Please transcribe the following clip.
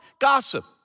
gossip